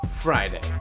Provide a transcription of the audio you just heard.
Friday